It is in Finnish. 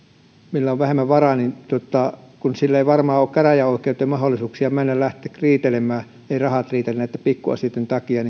millä on vähemmän varaa ei varmaan ole käräjäoikeuteen mahdollisuuksia lähteä riitelemään näitten pikkuasioitten takia